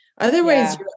otherwise